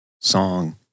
song